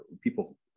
People